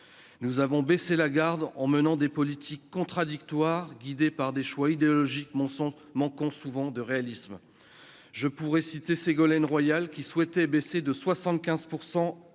nous avons baissé la garde en menant des politiques contradictoires, guidé par des choix idéologiques mon sont manquons souvent de réalisme, je pourrais citer Ségolène Royal, qui souhaitait baisser de 75